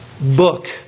book